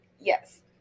Yes